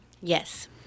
Yes